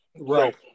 Right